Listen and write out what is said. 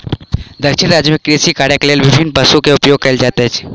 दक्षिण राज्य में कृषि कार्यक लेल विभिन्न पशु के उपयोग कयल जाइत अछि